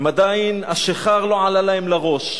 עדיין השיכר לא עלה להם לראש.